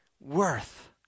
worth